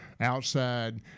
outside